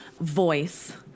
voice